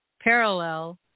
parallel